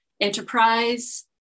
enterprise